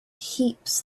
heaps